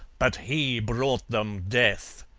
but he brought them death.